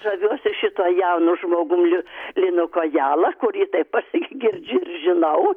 žaviuosi šituo jaunu žmogum li linu kojala kurį taip pas girdžiu žinau